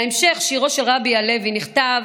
בהמשך שירו של רבי הלוי נכתב: